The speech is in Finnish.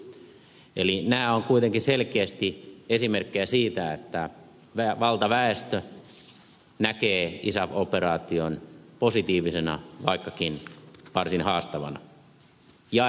eli nämä ovat kuitenkin selkeästi esimerkkejä siitä että valtaväestö näkee isaf operaation positiivisena vaikkakin varsin haastavana